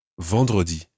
Vendredi